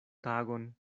tagon